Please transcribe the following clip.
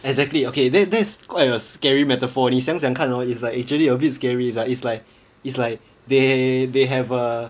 exactly okay that's that's quite a scary metaphor 你想想看 hor it's like actually a bit scary lah it's like it's like they they have uh